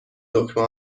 دکمه